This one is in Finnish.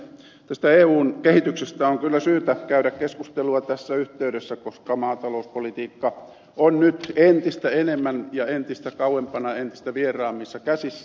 tästä eun kehityksestä on kyllä syytä käydä keskustelua tässä yhteydessä koska maatalouspolitiikka on nyt entistä enemmän ja entistä kauempana entistä vieraammissa käsissä